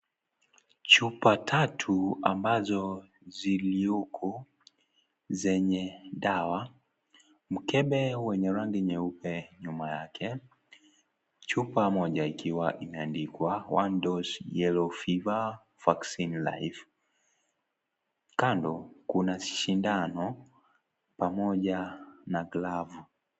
Chupa tatu ambazo, zilioko, zenye, dawa, mkebe wenye rangi nyeupe nyuma yake, chupa moja ikiwa imeandikwa, (cs)one dose yellow fiver vaccine life(cs), kando, kuna shindano, pamoja, na glavu.